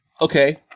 okay